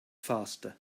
faster